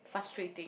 frustrating